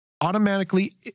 automatically